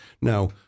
Now